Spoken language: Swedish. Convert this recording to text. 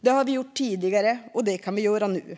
Det har vi gjort tidigare, och det kan vi göra nu.